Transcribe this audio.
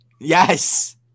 Yes